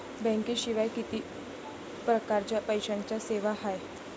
बँकेशिवाय किती परकारच्या पैशांच्या सेवा हाय?